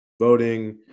voting